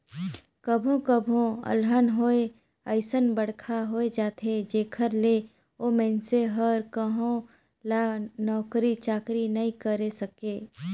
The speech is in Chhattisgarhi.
कभो कभो अलहन हर अइसन बड़खा होए जाथे जेखर ले ओ मइनसे हर कहो ल नउकरी चाकरी नइ करे सके